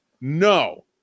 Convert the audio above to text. No